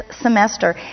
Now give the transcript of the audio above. semester